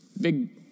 Big